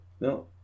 No